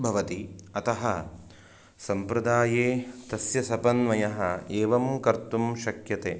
भवति अतः सम्प्रदाये तस्य समन्वयः एवं कर्तुं शक्यते